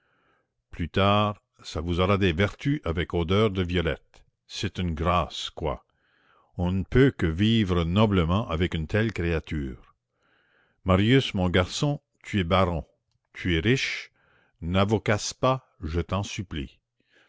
plus tard ça vous aura des vertus avec odeur de violette c'est une grâce quoi on ne peut que vivre noblement avec une telle créature marius mon garçon tu es baron tu es riche n'avocasse pas je t'en supplie